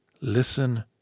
Listen